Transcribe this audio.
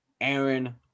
Aaron